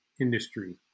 industry